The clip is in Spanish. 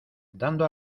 dando